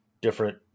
different